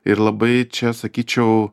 ir labai čia sakyčiau